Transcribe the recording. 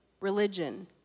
religion